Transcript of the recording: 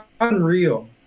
Unreal